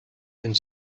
and